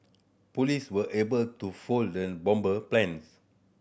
police were able to foil the bomber plans